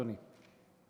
אדוני.